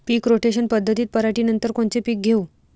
पीक rotation पद्धतीत पराटीनंतर कोनचे पीक घेऊ?